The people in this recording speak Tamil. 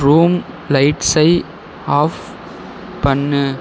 ரூம் லைட்ஸை ஆஃப் பண்ணு